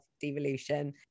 devolution